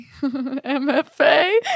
MFA